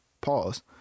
pause